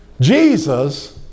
Jesus